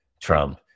Trump